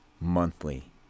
monthly